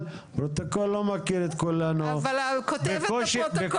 אנחנו דווקא בחלק הקל לגבי הגדרה של "שטח חקלאי",